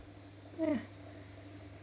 yeah